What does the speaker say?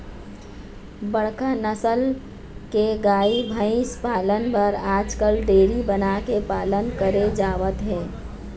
बड़का नसल के गाय, भइसी पालन बर आजकाल डेयरी बना के पालन करे जावत हे